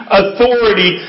authority